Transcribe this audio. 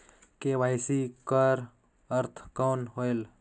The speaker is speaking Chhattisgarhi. के.वाई.सी कर अर्थ कौन होएल?